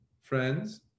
friends